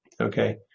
Okay